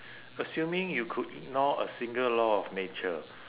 assuming you could ignore a single law of nature